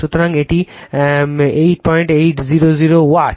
সুতরাং এটি 8 800 ওয়াট